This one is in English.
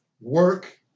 work